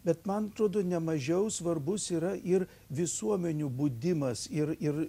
bet man atrodo nemažiau svarbus yra ir visuomenių budimas ir ir